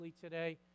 today